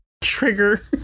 trigger